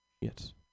Yes